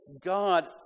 God